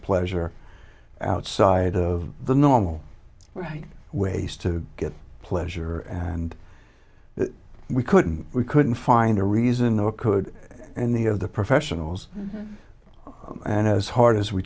pleasure outside of the normal right ways to get pleasure and that we couldn't we couldn't find a reason nor could any of the professionals and as hard as we